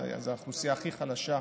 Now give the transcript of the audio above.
כי זו האוכלוסייה הכי חלשה,